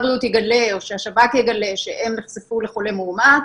הבריאות יגלה או שהשב"כ יגלה שהם נחשפו לחולה מאומת,